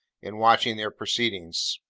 in watching their proceedings.